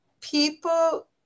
people